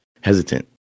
hesitant